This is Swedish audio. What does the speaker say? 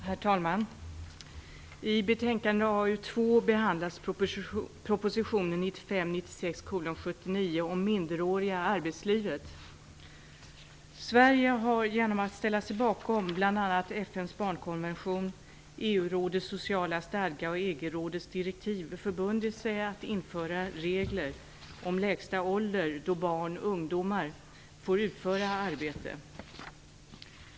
Herr talman! I betänkandet AU2 behandlas proposition 1995/96:79 om minderåriga i arbetslivet. Sverige har genom att ställa sig bakom bl.a. FN:s barnkonvention, Europarådets sociala stadga och EG rådets direktiv förbundit sig att införa regler om lägsta ålder då barn eller ungdomar får utföra arbete.